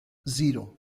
zero